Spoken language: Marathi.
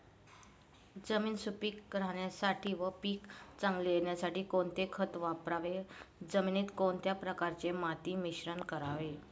जमीन सुपिक राहण्यासाठी व पीक चांगले येण्यासाठी कोणते खत वापरावे? जमिनीत कोणत्या प्रकारचे माती मिश्रण करावे?